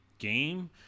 game